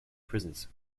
prisons